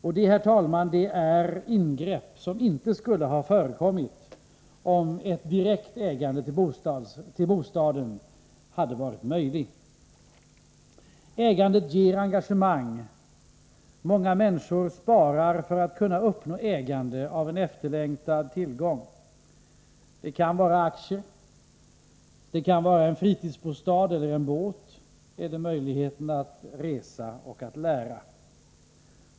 Det är, herr talman, ett ingrepp som inte skulle ha förekommit om ett direktägande av bostaden hade varit möjligt. Ägande ger engagemang. Många människor sparar för att uppnå ägande av någonting man har längtat efter länge. Det kan vara aktier, det kan var en fritidsbostad eller en båt eller möjligheten att resa och att lära.